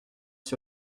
sur